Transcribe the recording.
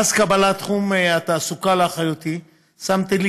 מאז קבלת תחום התעסוקה לאחריותי שמתי לי